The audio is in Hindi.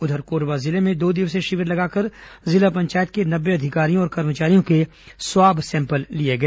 उधर कोरबा जिले में दो दिवसीय शिविर लगाकर जिला पंचायत के नब्बे अधिकारियों और कर्मचारियों के स्वाब सैंपल लिए गए